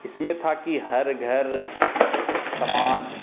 इसमें था कि हर घर समाज